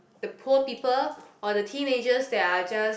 the poor people or the teenagers they are just